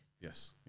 Yes